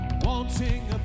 Wanting